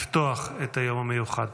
לפתוח את היום המיוחד.